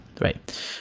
Right